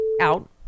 out